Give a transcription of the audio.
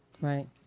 Right